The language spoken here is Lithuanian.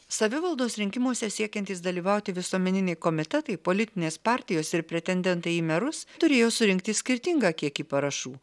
savivaldos rinkimuose siekiantys dalyvauti visuomeniniai komitetai politinės partijos ir pretendentai į merus turėjo surinkti skirtingą kiekį parašų